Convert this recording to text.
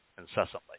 incessantly